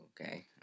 okay